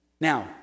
Now